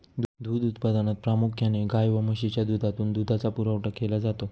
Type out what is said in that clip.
दूध उत्पादनात प्रामुख्याने गाय व म्हशीच्या दुधातून दुधाचा पुरवठा केला जातो